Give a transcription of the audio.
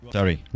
Sorry